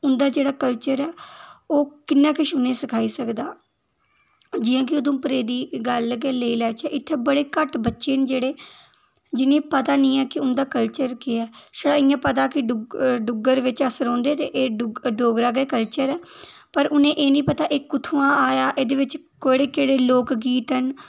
उ'न्दा जेह्ड़ा कल्चर ऐ ओह् कि'न्ना किश उ'नें गी सखाई सकदा जि'यां की उधमपुरै दी गल्ल गै लेई लेचै इ'त्थें बड़े घट्ट बच्चे न जेह्ड़े जि'नें ई पता निं ऐ की उ'न्दा कल्चर केह् ऐ छड़ा इ'यां पता की डुग्गर बिच अस रौहंदे ते डुग्गर डोगरा दे कल्चर पर उ'नें ई एह् निं पता की एह् कु'त्थुआं आया एह्दे बिच केह्ड़े केह्ड़े लोक गीत न